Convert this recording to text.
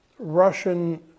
Russian